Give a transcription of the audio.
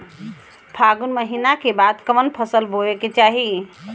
फागुन महीना के बाद कवन फसल बोए के चाही?